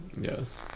Yes